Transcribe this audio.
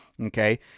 okay